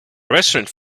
restaurant